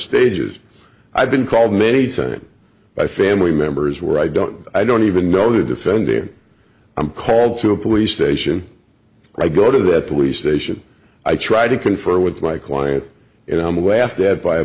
stages i've been called many times by family members where i don't i don't even know who the defendant i'm called to a police station i go to the police station i try to confer with my client and i'm laughed at by a